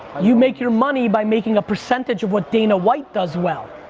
you make your money by making a percentage of what dana white does well.